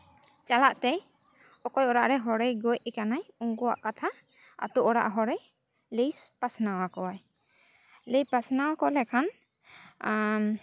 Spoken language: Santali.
ᱪᱟᱞᱟᱜ ᱛᱮᱭ ᱚᱠᱚᱭ ᱚᱲᱟᱜ ᱨᱮ ᱦᱚᱲᱮ ᱜᱚᱡ ᱟᱠᱟᱱᱟ ᱩᱱᱠᱩᱣᱟᱜ ᱠᱟᱛᱷᱟ ᱟᱹᱛᱩ ᱦᱚᱲᱟᱜ ᱦᱚᱲᱮᱭ ᱞᱟᱹᱭ ᱯᱟᱥᱱᱟᱣ ᱟᱠᱚᱣᱟᱭ ᱞᱟᱹᱭ ᱯᱟᱥᱱᱟᱣ ᱟᱠᱚ ᱞᱮᱠᱷᱟᱱ ᱟᱻ